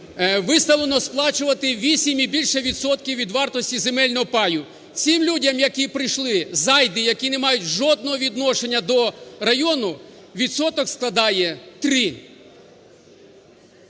виставлено сплачувати 8 і більше відсотків від вартості земельного паю. Цим людям, які прийшли, зайди, які не мають жодного відношення до району, відсоток складає 3.